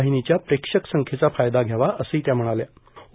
वाहिनीच्या प्रेशक संख्येचा फायदा घ्यावा असंही त्या म्हणात्या